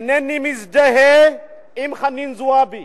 אינני מזדהה עם חנין זועבי,